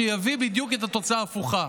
שיביא בדיוק את התוצאה ההפוכה.